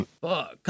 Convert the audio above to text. Fuck